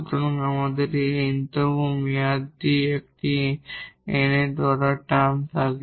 সুতরাং আমাদের এই n তম মেয়াদটি একটি nth অর্ডার টার্ম আছে